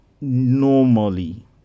normally